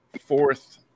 fourth